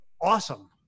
awesome